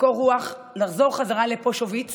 בקור רוח, לחזור חזרה לפושוביץ